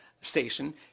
station